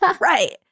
right